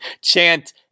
chant